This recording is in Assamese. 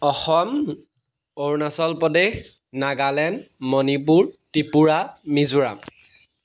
অসম অৰুণাচল প্ৰদেশ নাগালেণ্ড মণিপুৰ ত্ৰিপুৰা মিজোৰাম